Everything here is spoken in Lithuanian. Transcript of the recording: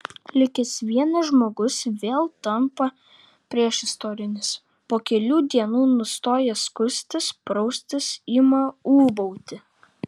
likęs vienas žmogus vėl tampa priešistorinis po kelių dienų nustoja skustis praustis ima ūbauti